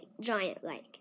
giant-like